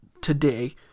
today